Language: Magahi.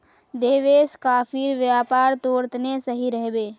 देवेश, कॉफीर व्यापार तोर तने सही रह बे